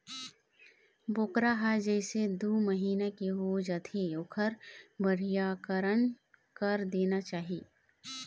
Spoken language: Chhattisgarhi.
बोकरा ह जइसे दू महिना के हो जाथे ओखर बधियाकरन कर देना चाही